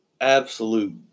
Absolute